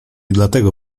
dlatego